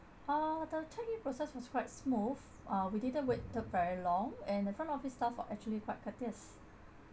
uh the check in process was quite smooth uh we didn't waited very long and the front office staff are actually quite courteous